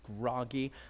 groggy